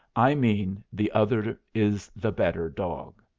i mean the other is the better dog.